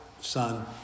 Son